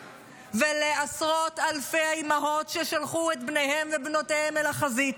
ולעשרות אלפי האימהות ששלחו את בניהן ובנותיהן לחזית,